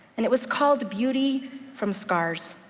and it was called beauty from scars,